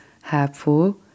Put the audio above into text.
helpful